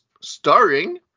starring